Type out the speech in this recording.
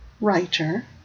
writer